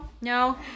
No